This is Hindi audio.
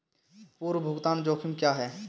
पूर्व भुगतान जोखिम क्या हैं?